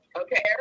Okay